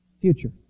Future